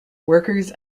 workers